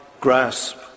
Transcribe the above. grasp